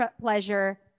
pleasure